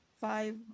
five